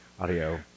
Audio